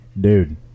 Dude